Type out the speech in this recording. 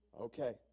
Okay